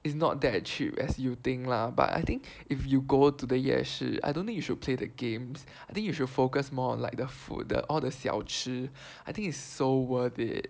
it's not that cheap as you think lah but I think if you go to the 夜市 I don't think you should play the games I think you should focus more on like the food the all the 小吃 I think it's so worth it